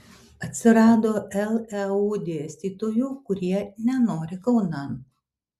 atsirado leu dėstytojų kurie nenori kaunan